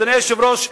אדוני היושב-ראש,